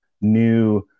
new